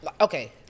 Okay